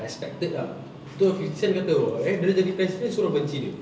respected ah tu fifty cents kata eh dia jadi president semua orang benci dia